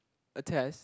a test